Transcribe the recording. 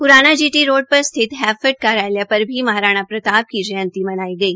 प्राना G T पर स्थित हैफड कार्यालय पर भी महाराणा प्रताप की जयंती रोड मनाई गई